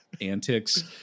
antics